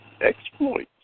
exploits